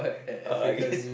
uh I guess